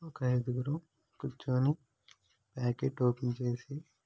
ఒక ఐదుగురం కూర్చోని ప్యాకెట్ ఓపెన్ చేసి